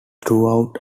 throughout